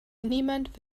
niemand